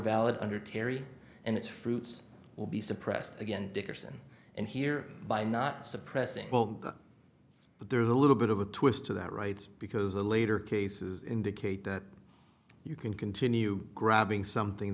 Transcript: valid under terry and its fruits will be suppressed again dickerson and here by not suppressing well but there's a little bit of a twist to that rights because the later cases indicate that you can continue grabbing something